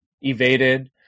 evaded